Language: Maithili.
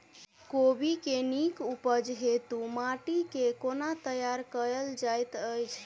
कोबी केँ नीक उपज हेतु माटि केँ कोना तैयार कएल जाइत अछि?